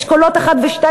אשכולות 1 ו-2,